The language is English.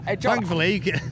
thankfully